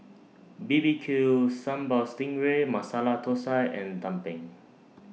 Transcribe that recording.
B B Q Sambal Sting Ray Masala Thosai and Tumpeng